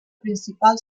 principal